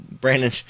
brandon